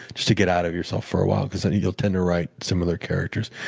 just to get out of yourself for awhile, because you'll tend to write similar characters.